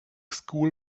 school